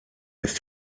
ist